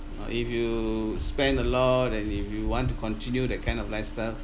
or if you spend a lot and if you want to continue that kind of lifestyle